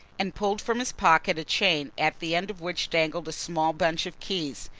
and pulled from his pocket a chain, at the end of which dangled a small bunch of keys.